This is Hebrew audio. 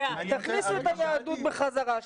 תכניסו את היהדות בחזרה,